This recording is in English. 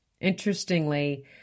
Interestingly